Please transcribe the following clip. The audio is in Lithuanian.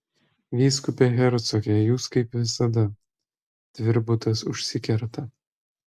vyskupe hercoge jūs kaip visada tvirbutas užsikerta